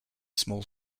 small